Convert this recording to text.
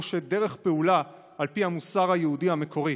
או דרך פעולה על פי המוסר היהודי המקורי?